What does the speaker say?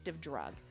drug